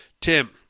Tim